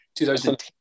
2010